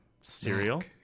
cereal